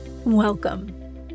Welcome